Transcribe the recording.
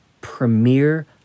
premier